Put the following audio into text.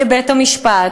לבית-המשפט,